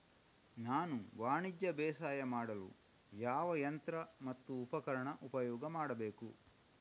ನಾನು ವಾಣಿಜ್ಯ ಬೇಸಾಯ ಮಾಡಲು ಯಾವ ಯಂತ್ರ ಮತ್ತು ಉಪಕರಣ ಉಪಯೋಗ ಮಾಡಬೇಕು?